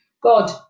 God